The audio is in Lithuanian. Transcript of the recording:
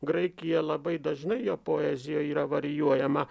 graikija labai dažnai jo poezijoj yra varijuojama